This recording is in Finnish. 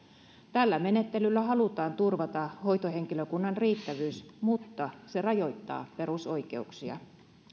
tällä menettelyllä halutaan turvata hoitohenkilökunnan riittävyys mutta se rajoittaa perusoikeuksia